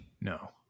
No